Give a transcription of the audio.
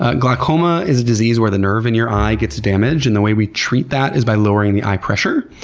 ah glaucoma is a disease where the nerve in your eye gets damaged, and the way we treat that is by lowering the eye pressure,